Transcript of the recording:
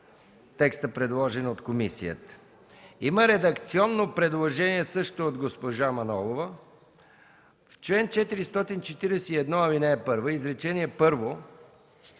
текстът, предложен от комисията. Има редакционно предложение също от госпожа Мая Манолова: „В чл. 441, ал. 1, изречение първо